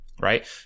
right